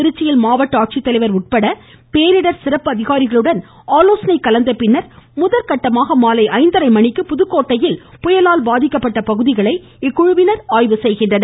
திருச்சியில் மாவட்ட ஆட்சித்தலைவர் உட்பட பேரிடர் சிறப்பு அதிகாரிகளுடன் ஆலோசனை கலந்த பின்னா் முதற்கட்டமாக மாலை ஐந்தரை மணிக்கு புதுக்கோட்டையில் புயலால் பாதிக்கப்பட்ட பகுதிகளை இக்குழுவினர் ஆய்வு செய்கின்றனர்